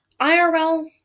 IRL